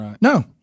No